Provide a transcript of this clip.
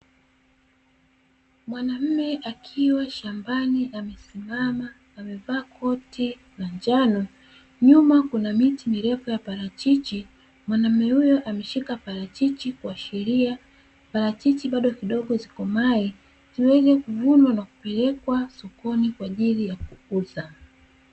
Mwanaume akiwa shambani amesimama amevaa koti la njano, nyuma kuna miti mirefu ya parachichi, mwanaume huyo ameshika parachichi kuashiria parachichi bado kidogo zikomae ziweze kuvunwa na kupelekwa sokoni kwa ajili ya kuuzwa.